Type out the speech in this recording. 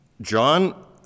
John